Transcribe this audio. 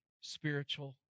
spiritual